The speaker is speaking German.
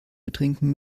betrinken